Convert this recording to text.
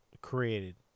created